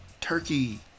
turkey